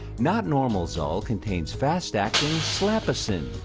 not normal zoll contains fast-acting slappa-zinn,